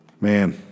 man